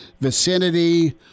vicinity